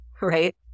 right